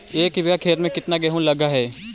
एक बिघा खेत में केतना गेहूं लग है?